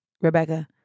Rebecca